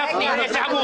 גפני, איזה עמוד?